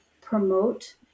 promote